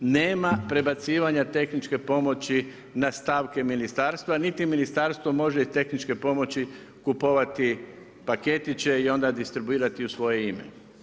Nema prebacivanja tehničke pomoći na stavke ministarstva, niti ministarstvo može iz tehničke pomoći kupovati paketiće i onda distribuirati u svoje ime.